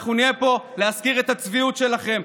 אנחנו נהיה פה להזכיר את הצביעות שלכם,